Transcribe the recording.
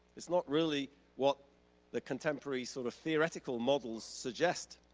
it's not really what the contemporary sort of theoretical models suggest,